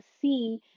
see